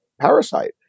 parasite